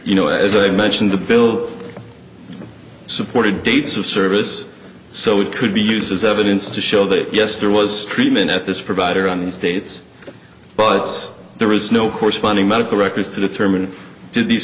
you know as i mentioned the bill supported dates of service so it could be used as evidence to show that yes there was treatment at this provider on these dates but there is no corresponding medical records to determine do these